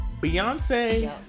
Beyonce